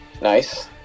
nice